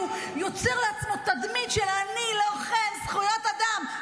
הוא יוצר לעצמו תדמית של: אני לוחם זכויות אדם.